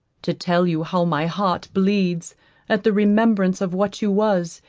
to tell you how my heart bleeds at the remembrance of what you was,